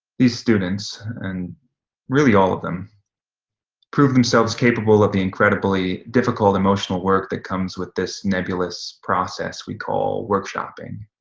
these students and really all of them proved themselves capable of the incredibly difficult emotional work that comes with this nebulous process we call workshopping.